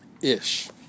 ish